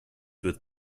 with